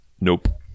nope